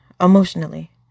Emotionally